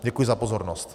Děkuji za pozornost.